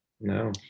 No